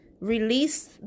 release